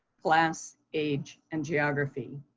class, age, and geography,